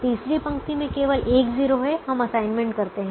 तीसरी पंक्ति में केवल एक 0 है हम असाइनमेंट करते हैं